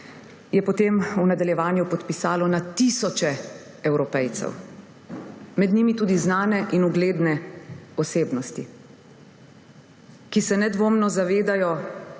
je potem v nadaljevanju podpisalo na tisoče Evropejcev, med njimi tudi znane in ugledne osebnosti, ki se nedvomno zavedajo,